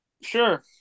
sure